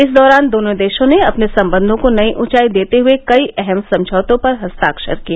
इस दौरान दोनों देशों ने अपने सम्बंघों को नई ऊॅचाई देते हुए कई अहम समझौतों पर हस्ताक्षर किए